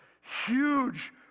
Huge